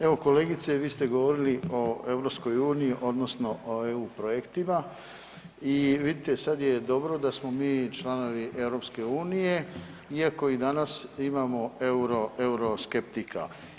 Evo, kolegice, vi ste govorili o EU odnosno o EU projektima i vidite, sad je dobro da smo mi članovi EU iako i danas imamo euroskeptika.